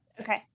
okay